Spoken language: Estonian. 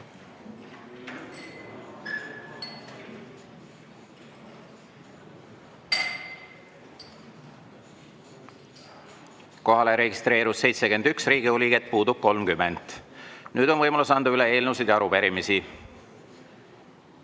Kohalolijaks registreerus 71 Riigikogu liiget, puudub 30. Nüüd on võimalus anda üle eelnõusid ja arupärimisi.